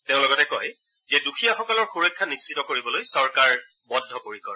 তেওঁ লগতে কয় যে দুখীয়াসকলৰ সুৰক্ষা নিশ্চিত কৰিবলৈ চৰকাৰ বদ্ধপৰিকৰ